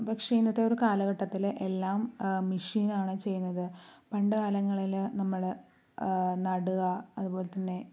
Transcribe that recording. പക്ഷേ ഇന്നത്തെ ഒരു കാലഘട്ടത്തിലെ എല്ലാം മെഷീനാണ് ചെയ്യുന്നത് പണ്ടുകാലങ്ങളിൽ നമ്മൾ നടുക അതുപോലെതന്നെ